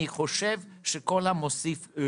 אני רוצה שבסעיף 18,